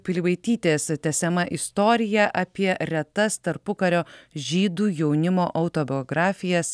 pilibaitytės tęsiama istorija apie retas tarpukario žydų jaunimo autobiografijas